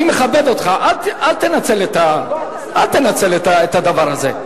אני מכבד אותך, אל תנסה את הדבר הזה.